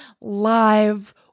live